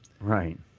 Right